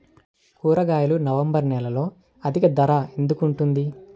కూరగాయలు నవంబర్ నెలలో అధిక ధర ఎందుకు ఉంటుంది?